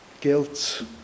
Guilt